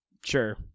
Sure